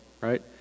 right